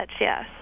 Yes